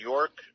York